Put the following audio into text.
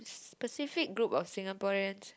specific group of Singaporean